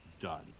done